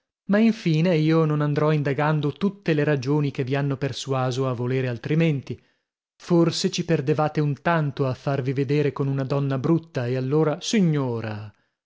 ma infine io non andrò indagando tutte le ragioni che vi hanno persuaso a volere altrimenti forse ci perdevate un tanto a farvi vedere con una donna brutta e allora signora